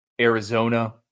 Arizona